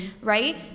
Right